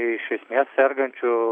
iš esmės sergančių